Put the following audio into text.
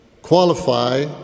qualify